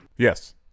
Yes